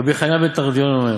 רבי חנניה בן תרדיון אומר,